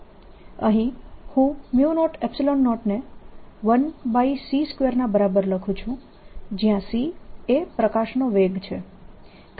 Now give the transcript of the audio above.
અહીં હું 00 ને 1c2 ના બરાબર લખું છું જ્યાં c એ પ્રકાશનો વેગ છે